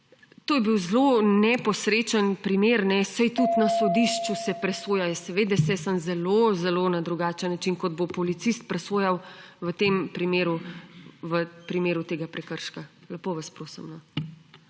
to je bil zelo neposrečen primer, da saj tudi na sodišču se presoja. Ja seveda se, samo zelo zelo na drugačen način kot bo policist presojal v tem primeru, v primeru tega prekrška. Lepo vas prosim,